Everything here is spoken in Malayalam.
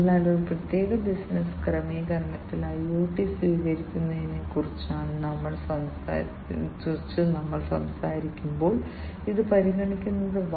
അതിനാൽ വിശ്വസനീയവും കൃത്യവുമായ ഡാറ്റ ലഭിക്കുന്നതിന് ഡിജിറ്റൽ സിഗ്നൽ പ്രോസസ്സിംഗ് രീതികൾ പ്രയോഗിക്കേണ്ടതുണ്ട്